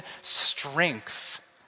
strength